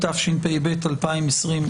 התשפ"ב-2022.